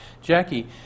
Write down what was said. Jackie